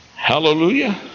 Hallelujah